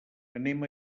anem